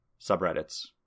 subreddits